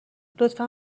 لطفا